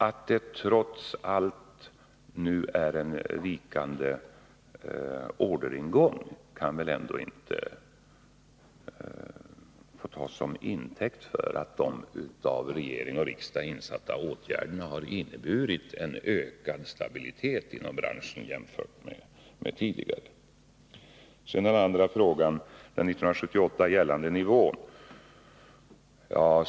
Att, trots allt, orderingången nu är vikande kan väl ändå inte få tas som intäkt för att de av regering och riksdag insatta åtgärderna inte har inneburit en ökad stabilitet i branschen jämfört med tidigare. Den andra frågan rörde den år 1978 gällande nivån.